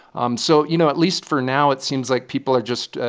um so, you know, at least for now, it seems like people are just,